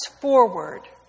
forward